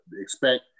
expect